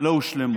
לא הושלמו.